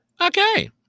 Okay